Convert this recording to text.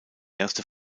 erste